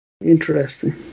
Interesting